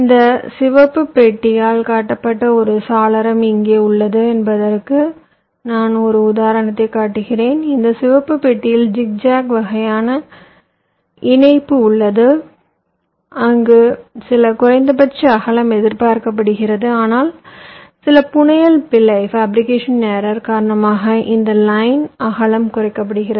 இந்த சிவப்பு பெட்டியால் காட்டப்பட்ட ஒரு சாளரம் இங்கே உள்ளது என்பதற்கு நான் ஒரு உதாரணத்தைக் காட்டுகிறேன் இந்த சிவப்பு பெட்டியில் ஜிக்ஜாக் வகையான இணைப்பு உள்ளது அங்கு சில குறைந்தபட்ச அகலம் எதிர்பார்க்கப்படுகிறது ஆனால் சில புனையல் பிழை காரணமாக இந்த லைனின் அகலம் குறைக்கப்பட்டுள்ளது